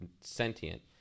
sentient